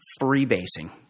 freebasing